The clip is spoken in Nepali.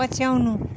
पछ्याउनु